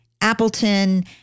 Appleton